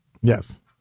Yes